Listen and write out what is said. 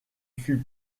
fut